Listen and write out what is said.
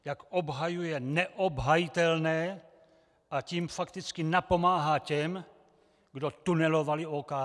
Jak obhajuje neobhajitelné, a tím fakticky napomáhá těm, kdo tunelovali OKD.